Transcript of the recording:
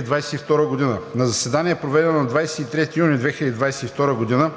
2022 г. На заседание, проведено на 23 юни 2022 г.,